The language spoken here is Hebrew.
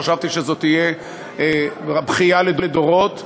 חשבתי שזאת תהיה בכייה לדורות.